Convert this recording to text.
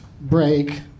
break